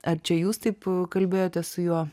ar čia jūs taip kalbėjote su juo